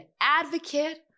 advocate